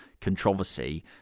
controversy